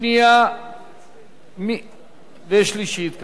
שנייה ושלישית.